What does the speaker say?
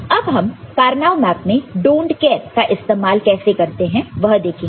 अब हम Karnaugh map में डोंट केयर का इस्तेमाल कैसे करते हैं वह देखेंगे